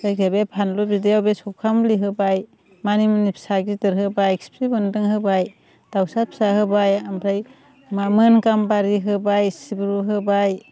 जायखिया बे फानलु बिदैआव सबखा मुलि होबाय मानि मुनि फिसा गिदिर होबाय खिफि बेन्दों होबाय दाउसा फिसा होबाय आमफ्राय मामोन गाम्बारि होबाय सिब्रु होबाय